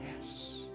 Yes